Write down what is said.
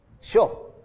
sure